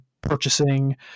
purchasing